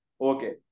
okay